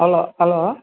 hello hello